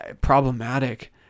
problematic